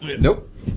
Nope